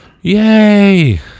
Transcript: Yay